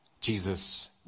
Jesus